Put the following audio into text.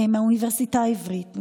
מהאוניברסיטה העברית,